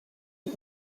who